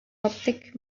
coptic